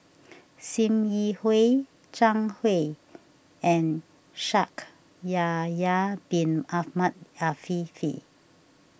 Sim Yi Hui Zhang Hui and Shaikh Yahya Bin Ahmed Afifi